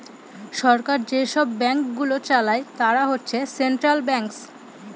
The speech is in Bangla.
সরকার যেসব ব্যাঙ্কগুলো চালায় তারা হচ্ছে সেন্ট্রাল ব্যাঙ্কস